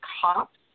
cops